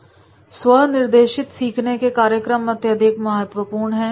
स्व निर्देशित सीखने यानी सेल्फ डायरेक्टेड लर्निंग के कार्यक्रम अत्यधिक महत्वपूर्ण है